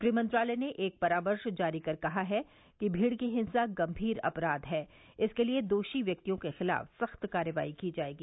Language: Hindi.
गृह मंत्रालय ने एक परामर्श जारी कर कहा है कि भीड़ की हिंसा गंभीर अपराध है इसके लिए दोषी व्यक्तियों के खिलाफ सख्त कार्रवाई की जाएगी